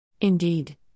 Indeed